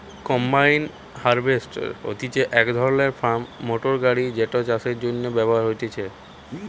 combine harvester হতিছে এক ধরণের ফার্ম মোটর গাড়ি যেটা চাষের জন্য ব্যবহার হয়েটে